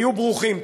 היו ברוכים.